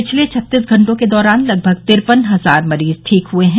पिछले छत्तीस घंटों के दौरान लगभग तिरपन हजार मरीज ठीक हुए हैं